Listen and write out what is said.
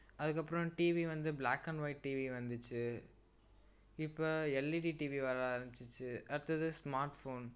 அதுக்கப்புறோம் டிவி வந்து black and white TV வந்துச்சு இப்போ எல்இடி டிவி வர ஆரமிச்சிச்சு அடுத்தது ஸ்மார்ட் ஃபோன்